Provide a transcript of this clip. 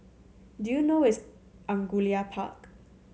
do you know where is Angullia Park